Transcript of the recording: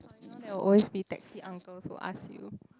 there will always be taxi uncles who ask you